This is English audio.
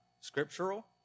scriptural